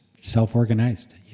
self-organized